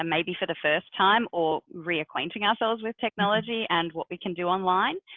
um maybe for the first time or reacquainting ourselves with technology and what we can do online.